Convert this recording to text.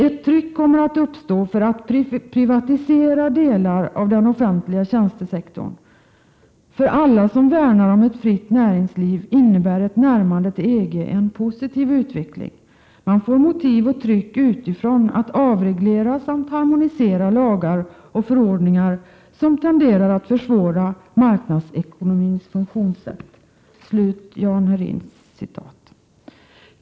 Ett tryck kommer att uppstå att privatisera delar av den offentliga tjänstesektorn— ——, För alla som värnar om ett fritt näringsliv innebär ett närmande till EG en positiv utveckling. Man får motiv och tryck utifrån att avreglera samt harmonisera lagar och förordningar som tenderar att försvåra marknadsekonomins funktionssätt.” Så långt SAF-ekonomen Jan Herin.